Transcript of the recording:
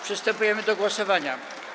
Przystępujemy do głosowania.